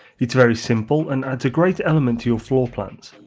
it's very simple and adds a great element to your floor plans.